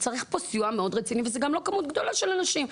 צריך פה סיוע מאוד רציני וזה גם לא כמות גדולה של אנשים,